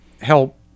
help